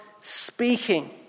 speaking